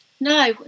no